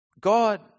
God